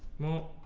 more